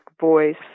voice